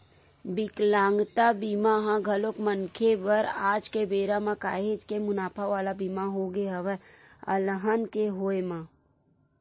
बिकलांगता बीमा ह घलोक मनखे बर आज के बेरा म काहेच के मुनाफा वाला बीमा होगे हवय अलहन के होय म